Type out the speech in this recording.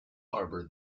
harbor